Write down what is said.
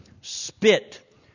spit